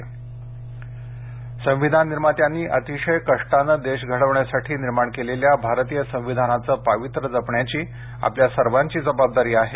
नरवणे संविधान निर्मात्यांनी अतिशय कष्टानं देश घडवण्यासाठी निर्माण केलेल्या भारतीय संविधानाचं पावित्र्य जपण्याची आपली सर्वांची जबाबदारी आहे